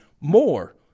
more